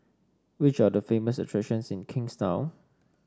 which are the famous attractions in Kingstown